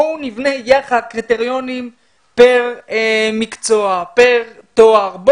בואו נבנה יחד קריטריונים פר מקצוע, פר תואר,